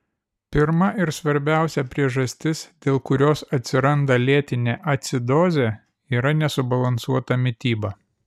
pirma ir svarbiausia priežastis dėl kurios atsiranda lėtinė acidozė yra nesubalansuota mityba